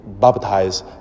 baptize